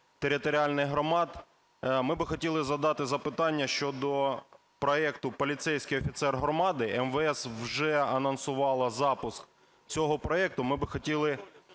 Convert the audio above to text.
територіальних громад, ми би хотіли задати запитання щодо проекту "Поліцейський офіцер громади". МВС вже анонсувало запуск цього проекту. Ми би хотіли